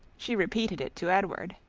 she repeated it to edward.